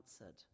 answered